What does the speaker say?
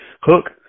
hook